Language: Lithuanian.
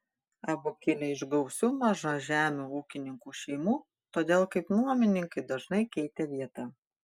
abu kilę iš gausių mažažemių ūkininkų šeimų todėl kaip nuomininkai dažnai keitė vietą